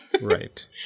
Right